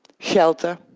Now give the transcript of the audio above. shelter.